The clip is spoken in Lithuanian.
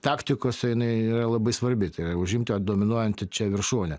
taktikose jinai yra labai svarbi tai yra užimti dominuojančią viršūnę